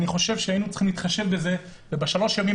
אני חושב שהיינו צריכים להתחשב בזה ובשלושה הימים